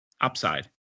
upside